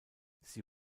sie